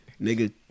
Nigga